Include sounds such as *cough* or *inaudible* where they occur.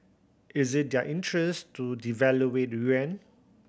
is it their interest to devalue *unintelligible* yuan